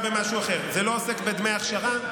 זה לא עוסק בדמי אכשרה.